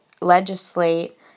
legislate